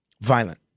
violent